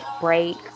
break